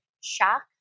shock